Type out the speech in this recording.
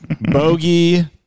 bogey